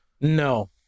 No